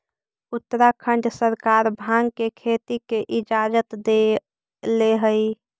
उत्तराखंड सरकार भाँग के खेती के इजाजत देले हइ